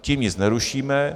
Tím nic nerušíme.